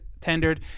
tendered